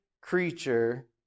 creature